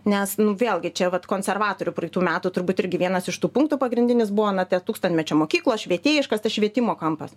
nes vėlgi čia vat konservatorių praeitų metų turbūt irgi vienas iš tų punktų pagrindinis buvo na tie tūkstantmečio mokyklos švietėjiškas tas švietimo kampas